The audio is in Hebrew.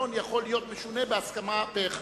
התקנון יכול להשתנות בהסכמה פה-אחד,